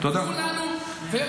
תנו לנו --- תודה.